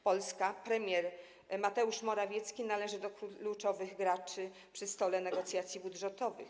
Polska, premier Mateusz Morawiecki, należy do kluczowych graczy przy stole negocjacji budżetowych.